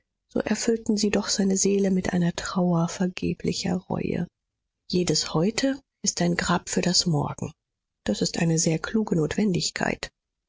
so erfüllten sie doch seine seele mit einer trauer vergeblicher reue jedes heute ist ein grab für das morgen das ist eine sehr kluge notwendigkeit